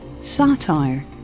satire